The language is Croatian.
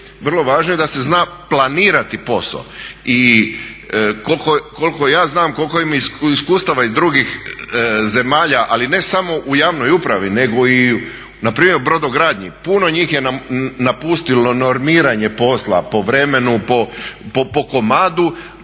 vrlo važni da se zna planirati posao. I koliko ja znam, koliko imam iskustava iz drugih zemalja, ali ne samo u javnoj upravi nego i npr. u brodogradnji, puno njih je napustilo normiranje posla po vremenu, po komadu,